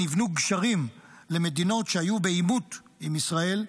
ונבנו קשרים למדינות שהיו בעימות עם ישראל.